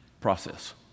process